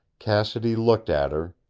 cassidy looked at her,